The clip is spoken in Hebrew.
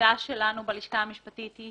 והעמדה שלנו בלשכה המשפטית היא